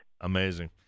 Amazing